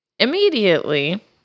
Immediately